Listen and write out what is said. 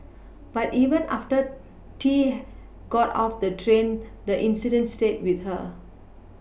but even after T got off the train the incident stayed with her